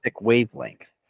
wavelength